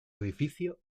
edificio